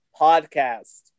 podcast